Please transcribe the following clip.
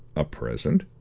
a present?